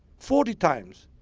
forty times,